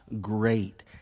great